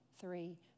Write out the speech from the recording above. three